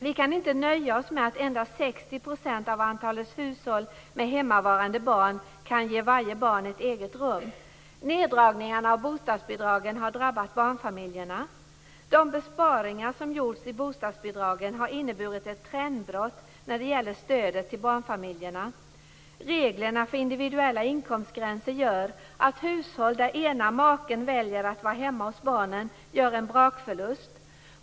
Vi kan inte nöja oss med att endast 60 % av antalet hushåll med hemmavarande barn kan ge varje barn ett eget rum. Neddragningarna av bostadsbidragen har drabbat barnfamiljerna. De besparingar som gjorts i bostadsbidragen har inneburit ett trendbrott när det gäller stödet till barnfamiljerna. Reglerna för individuella inkomstgränser gör att hushåll där den ena av makarna väljer att vara hemma hos barnen gör en brakförlust.